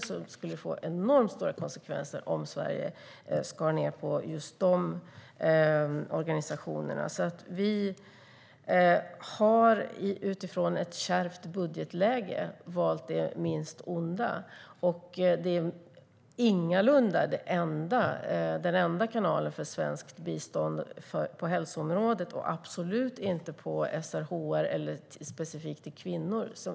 Det skulle få enormt stora konsekvenser om Sverige skar ned på de organisationerna. Vi har i ett kärvt budgetläge valt det minst onda. Detta är ingalunda den enda kanalen för svenskt bistånd på hälsoområdet, och absolut inte den enda vad gäller SRHR eller specifikt för kvinnor.